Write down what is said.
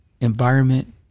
environment